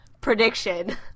prediction